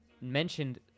Mentioned